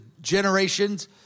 generations